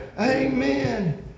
Amen